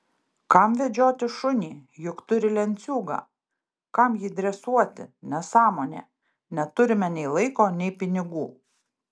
kam vedžioti šunį juk turi lenciūgą kam jį dresuoti nesąmonė neturime nei laiko nei pinigų